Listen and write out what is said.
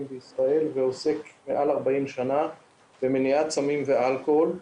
בישראל ועוסק מעל 40 שנה במניעת סמים ואלכוהול,